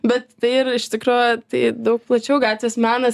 bet tai ir iš tikro tai daug plačiau gatvės menas